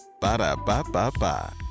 Ba-da-ba-ba-ba